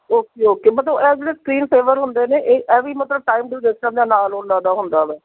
okay okay ਮਤਲਬ ਇਹ ਜਿਹੜੇ ਸਕਰੀਨ ਸੇਵਰ ਹੁੰਦੇ ਨੇ ਇਹ ਐਂਵੇ ਮਤਲਬ ਟਾਈਮ ਡਿਊਰੇਸ਼ਨ ਦੇ ਨਾਲ ਉਹਨਾਂ ਦਾ ਹੁੰਦਾ ਵਾ